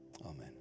Amen